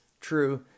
true